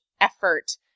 effort